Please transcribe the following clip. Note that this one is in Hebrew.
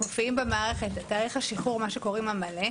תאריך השחרור המלא,